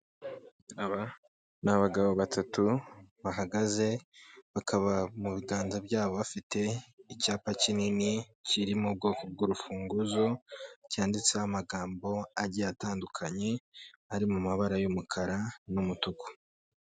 Aba ni abagabo batatu bahagaze bakaba mu biganza byabo bafite icyapa kinini kirimo ubwoko bw'urufunguzo cyanditse amagambo agiye atandukanye ari mu mabara y'umukara n'umutuku.